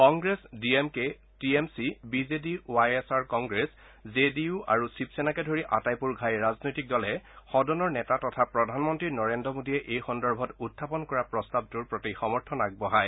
Congress D M K T M C B J D Y S R Congress J D U আৰু শিৱসেনাকে ধৰি আটাইবোৰ ঘাই ৰাজনৈতিক দলে সদনৰ নেতা তথা প্ৰধানমন্ত্ৰী নৰেন্দ্ৰ মোদীয়ে এই সন্দৰ্ভত উত্থাপন কৰা প্ৰস্তাৱটোৰ প্ৰতি সমৰ্থন আগবঢ়ায়